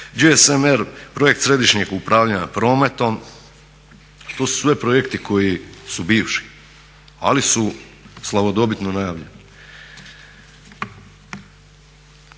GSMR program središnjeg upravljanja prometom, to su sve projekti koji su bivši, ali su slavodobitno najavljeni.